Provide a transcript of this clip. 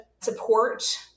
support